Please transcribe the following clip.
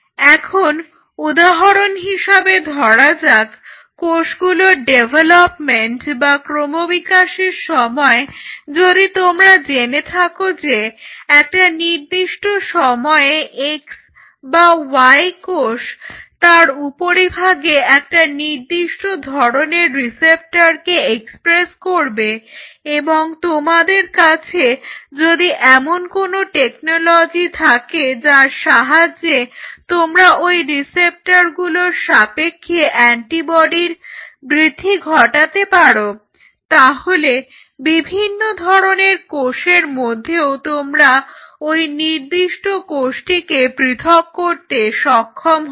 এখন উদাহরণ হিসেবে ধরা যাক কোষগুলোর ডেভেলপমেন্ট বা ক্রমবিকাশের সময় যদি তোমরা জেনে থাকো যে একটা নির্দিষ্ট সময়ে x বা y কোষ তার উপরিভাগে একটা নির্দিষ্ট ধরনের রিসেপ্টরকে এক্সপ্রেস করবে এবং তোমাদের কাছে যদি এমন কোনো টেকনোলজি থাকে যার সাহায্যে তোমরা ওই রিসেপ্টরগুলোর সাপেক্ষে অ্যান্টিবডির বৃদ্ধি ঘটাতে পারো তাহলে বিভিন্ন ধরনের কোষের মধ্যেও তোমরা ওই নির্দিষ্ট কোষটিকে পৃথক করতে সক্ষম হবে